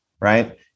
right